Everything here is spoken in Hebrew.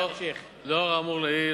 לאור האמור לעיל,